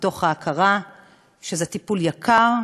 מתוך ההכרה שזה טיפול יקר,